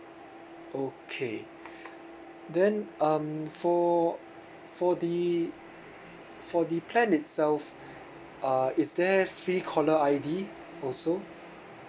okay then um for for the for the plan itself uh is there free caller I_D also